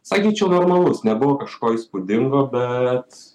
sakyčiau normalus nebuvo kažko įspūdingo bet